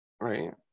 Right